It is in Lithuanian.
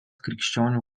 krikščionių